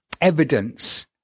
evidence